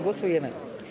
Głosujemy.